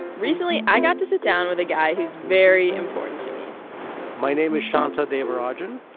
recently, i got to sit down with a guy who's very important to me my name is shanta devarajan